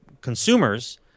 consumers